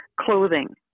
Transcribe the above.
clothing